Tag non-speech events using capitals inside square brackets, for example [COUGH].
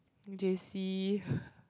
J_C [BREATH]